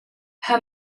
her